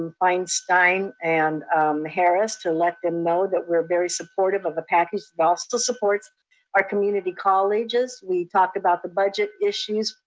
feinstein and harris, to let them know that we're very supportive of the package that still supports our community colleges. we talked about the budget issues.